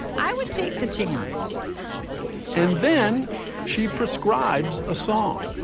i would take the chance and then she prescribes a song,